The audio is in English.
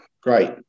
great